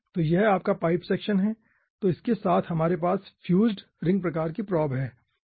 तो यह आपका पाइप सेक्शन है तो इसके साथ हमारे पास फ्यूज्ड रिंग प्रकार की प्रोब है